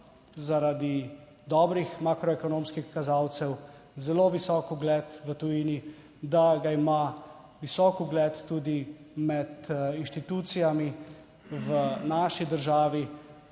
zaradi dobrih makroekonomskih kazalcev zelo visok ugled v tujini, da ga ima visok ugled tudi med inštitucijami. V naši državi